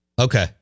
Okay